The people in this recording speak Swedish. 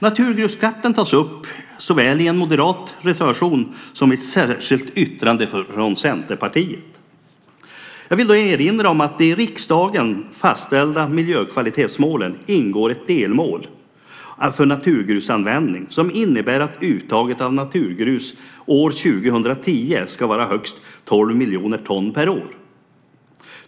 Naturgrusskatten tas upp såväl i en moderat reservation som i ett särskilt yttrande från Centerpartiet. Jag vill då erinra om att det i de av riksdagen fastställda miljökvalitetsmålen ingår ett delmål för naturgrusanvändning som innebär att uttaget av naturgrus år 2010 ska vara högst tolv miljoner ton per år.